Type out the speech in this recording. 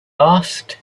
asked